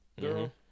girl